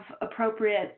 appropriate